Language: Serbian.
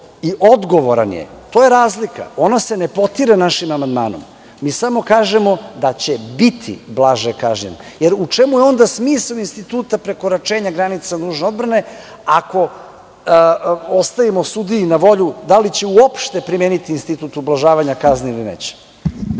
i odgovoran je. To je razlika. Ona se ne potire našim amandmanom. Mi samo kažemo da će biti blaže kažnjen. Jer, u čemu je onda smisao instituta prekoračenja granice nužne odbrane, ako ostavimo sudiji na volju da li će uopšte primeniti institut ublažavanja kazne ili neće?